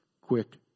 quick